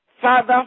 Father